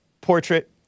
portrait